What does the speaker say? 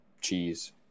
cheese